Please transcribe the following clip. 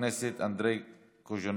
חבר הכנסת אנדרי קוז'ינוב.